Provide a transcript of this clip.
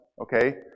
Okay